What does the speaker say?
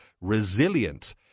Resilient